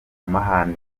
amahane